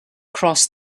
cross